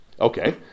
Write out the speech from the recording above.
Okay